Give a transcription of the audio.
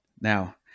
Now